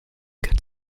good